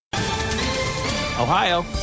Ohio